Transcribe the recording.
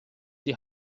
die